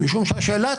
זה למעשה הליך